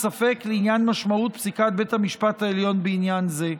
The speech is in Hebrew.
ספק לעניין משמעות פסיקת בית המשפט העליון בעניין זה.